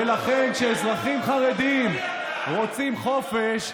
ולכן כשאזרחים חרדים רוצים חופש,